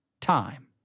time